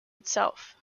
itself